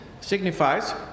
signifies